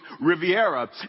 Riviera